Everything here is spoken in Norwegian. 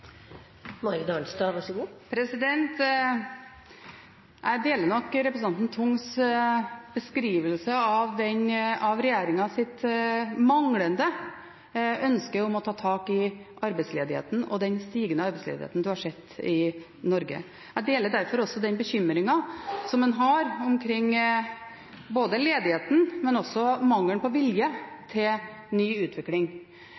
er grunnlaget for så mye i den norske modellen? Jeg deler nok representanten Tungs beskrivelse av regjeringens manglende ønske om å ta tak i arbeidsledigheten, den stigende arbeidsledigheten en har sett i Norge. Jeg deler derfor også bekymringen over både ledigheten og mangelen på